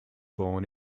born